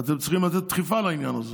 ואתם צריכים לתת דחיפה לעניין הזה.